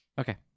Okay